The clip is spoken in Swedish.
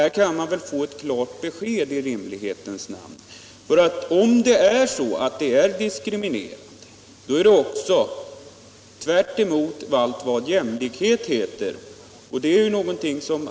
Här kan man väl få ett klart besked i rimlighetens namn, för om det är diskriminerande, då är det också tvärtemot allt vad jämlikhet heter.